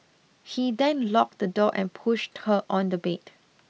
he then locked the door and pushed her on the bed